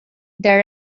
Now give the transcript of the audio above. der